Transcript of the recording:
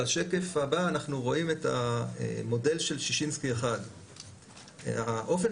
בשקף הבא אנחנו רואים את המודל של שישינסקי 1. האופן